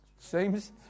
seems